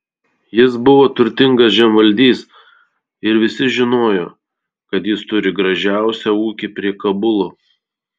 jis buvo turtingas žemvaldys ir visi žinojo kad jis turi gražiausią ūkį prie kabulo